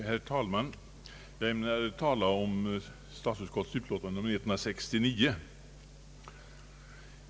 Herr talman! Jag ämnar tala om statsutskottets utlåtande nr 169.